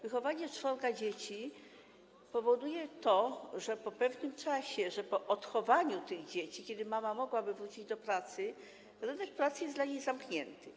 Wychowanie czworga dzieci powoduje to, że po pewnym czasie, po odchowaniu tych dzieci, kiedy mama mogłaby wrócić do pracy, rynek pracy jest dla niej zamknięty.